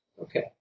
Okay